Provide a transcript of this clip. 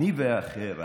אני והאחר,